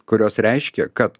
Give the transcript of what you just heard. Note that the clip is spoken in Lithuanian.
kurios reiškia kad